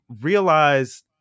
realize